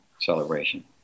celebration